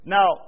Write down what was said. Now